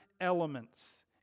elements